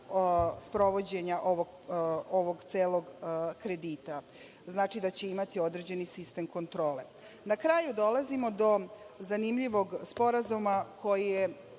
sprovođenja ovog celog kredita, znači, da će imati određeni sistem kontrole. Na kraju, dolazimo do zanimljivog sporazuma, koji se